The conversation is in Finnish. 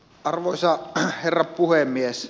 arvoisa herra puhemies